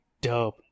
dope